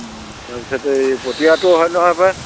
তাৰপিছত এই পতিয়াতো হয় নহয় হপায়